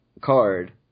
card